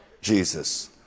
Jesus